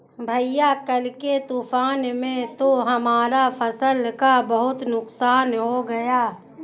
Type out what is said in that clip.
भैया कल के तूफान में तो हमारा फसल का बहुत नुकसान हो गया